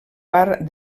part